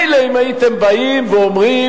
מילא אם הייתם באים ואומרים,